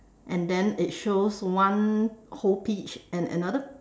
and then it shows one whole peach and another